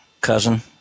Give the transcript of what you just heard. cousin